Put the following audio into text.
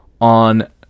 on